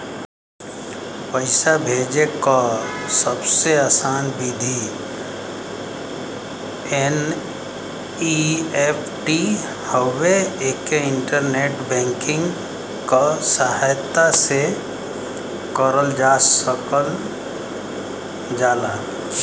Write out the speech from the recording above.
पैसा भेजे क सबसे आसान विधि एन.ई.एफ.टी हउवे एके इंटरनेट बैंकिंग क सहायता से करल जा सकल जाला